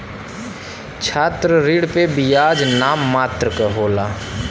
छात्र ऋण पे बियाज नाम मात्र क होला